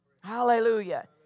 Hallelujah